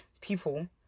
people